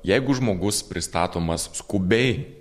jeigu žmogus pristatomas skubiai